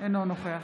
אינו נוכח